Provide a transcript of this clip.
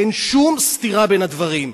אין שום סתירה בין הדברים.